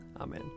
Amen